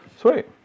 Sweet